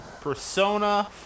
persona